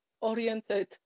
oriented